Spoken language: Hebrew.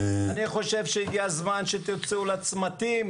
אני חושב שהגיע הזמן שתצאו לצמתים